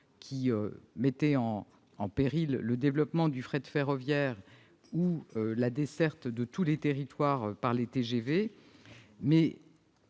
mettaient en péril le développement du fret ferroviaire ou la desserte de tous les territoires par les TGV.